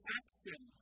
action